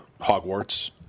Hogwarts